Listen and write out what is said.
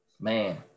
Man